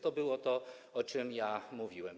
To było to, o czym mówiłem.